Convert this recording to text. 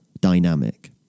dynamic